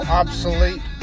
obsolete